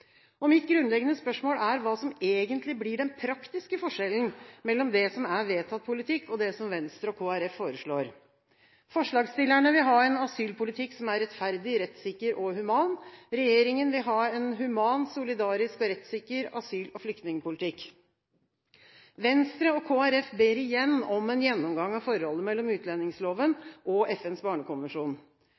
Mitt grunnleggende spørsmål er hva som egentlig blir den praktiske forskjellen mellom det som er vedtatt politikk, og det som Venstre og Kristelig Folkeparti foreslår. Forslagsstillerne vil ha en asylpolitikk som er rettferdig, rettssikker og human. Regjeringen vil ha en human, solidarisk og rettssikker asyl- og flyktningpolitikk. Venstre og Kristelig Folkeparti ber igjen om en gjennomgang av forholdet mellom utlendingsloven og FNs barnekonvensjon.